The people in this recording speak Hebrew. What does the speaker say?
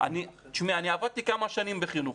אני עבדתי כמה שנים בחינוך.